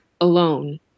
alone